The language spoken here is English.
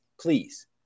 please